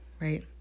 right